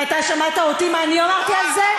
ואתה שמעת אותי מה אני אמרתי על זה?